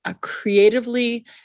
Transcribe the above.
creatively